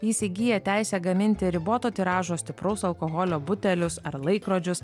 įsigyja teisę gaminti riboto tiražo stipraus alkoholio butelius ar laikrodžius